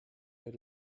der